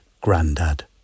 Grandad